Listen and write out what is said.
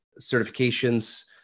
certifications